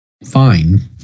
fine